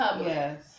Yes